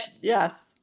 Yes